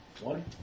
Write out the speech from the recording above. One